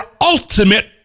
ultimate